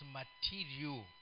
material